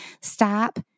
stop